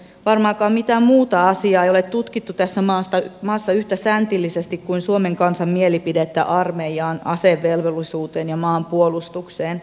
varmaankaan mitään muuta asiaa ei ole tutkittu tässä maassa yhtä säntillisesti kuin suomen kansan mielipidettä armeijasta asevelvollisuudesta ja maanpuolustuksesta